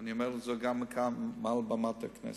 ואני אומר את זה גם כאן מעל במת הכנסת: